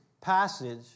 passage